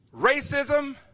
racism